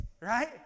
right